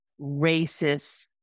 racist